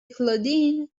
claudine